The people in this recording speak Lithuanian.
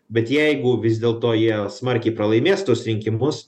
bet jeigu vis dėlto jie smarkiai pralaimės tuos rinkimus